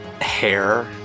hair